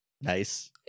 Nice